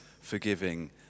forgiving